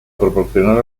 proporcionar